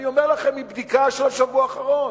אני אומר לכם מבדיקה של השבוע האחרון,